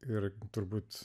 ir turbūt